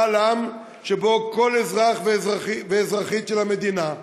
משאל עם שבו כל אזרח ואזרחית של המדינה,